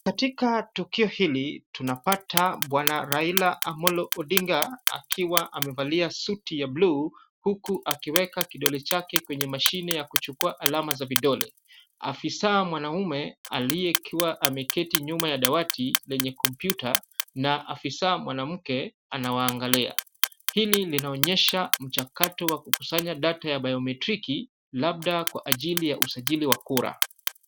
Katika tukio hili tunapata Bwana Raila Amolo Odinga akiwa amevalia suti ya bluu huku akiweka kidole chake kwenye mashine ya kuchukua alama za vidole. Afisa mwanaume aliyekuwa ameketi nyuma ya dawati lenye kompyuta na afisa mwanamke anawaangalia. Hili linaonyesha mchakato wa kukusanya data ya biometriki labda kwa ajili ya usajili wa kura.